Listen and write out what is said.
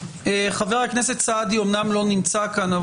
חבר הכנסת סעדי אומנם לא נמצא כאן,